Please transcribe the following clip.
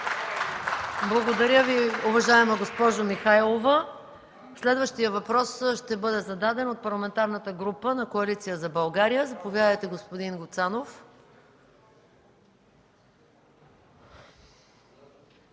Благодаря Ви, уважаема госпожо Михайлова. Следващият въпрос ще бъде зададен от Парламентарната група на Коалиция за България. Заповядайте, господин Гуцанов.